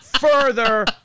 further